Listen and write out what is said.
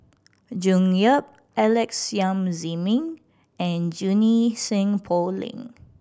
June Yap Alex Yam Ziming and Junie Sng Poh Leng